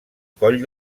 coll